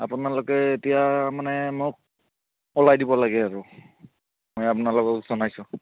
আপোনালোকে এতিয়া মানে মোক উলিয়াই দিব লাগে আৰু মই আপোনালোকক জনাইছোঁ